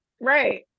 right